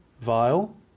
Vial